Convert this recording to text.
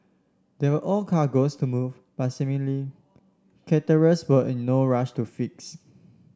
there were ore cargoes to move but seemingly charterers were in no rush to fix